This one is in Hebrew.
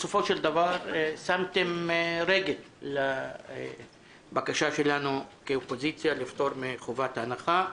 בסופו של דבר שמתם רגל לבקשה שלנו כאופוזיציה לפטור מחובת הנחה.